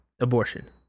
abortion